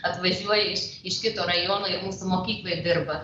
atvažiuoja iš iš kito rajono ir mūsų mokykloje dirba